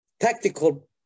tactical